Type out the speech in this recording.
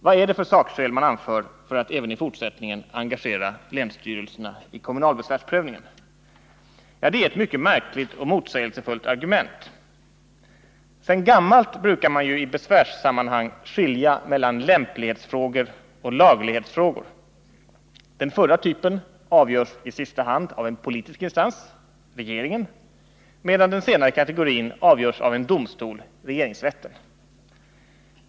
Vad är det för sakskäl man anför för att även i fortsättningen engagera länsstyrelserna i kommunalbesvärsprövningen? Ja, det är ett mycket märkligt och motsägelsefullt argument. Sedan gammalt brukar man ju i besvärssammanhang skilja mellan lämplighetsfrågor och laglighetsfrågor. Den förra typen avgörs i sista hand av en politisk instans — regeringen — medan den senare kategorin avgörs av en domstol — regeringsrätten.